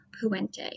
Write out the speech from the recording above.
Puente